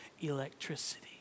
electricity